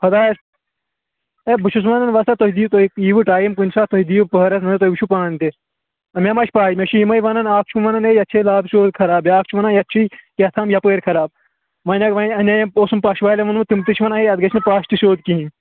خۄدایَس ہے بہٕ چھُس وَنان وَۄستا تُہۍ دِیِو تُہۍ یِیِو ٹایم کُنہِ ساتہٕ تُہۍ دِیِو پٔہرس وۄنۍ تُہۍ وٕچھِو پانہٕ تہِ مےٚ ما چھِ پاے مےٚ چھِ یِمَے وَنان اَکھ چھُ وَنان ہے یَتھ چھِ لَبہٕ سِیٚود خراب بیٛاکھ چھُ وَنان یَتھ چھُ کیتھام یَپٲرۍ خراب وۄنۍ اکھ وۅنۍ اَنے پوٚژھُن پَش والٮ۪ن ووٚنمُت تِم تہِ چھِ وَنان ہے اَتھ گژھِ نہٕ پَش تہِ سیٚود کِہیٖنۍ